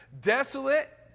desolate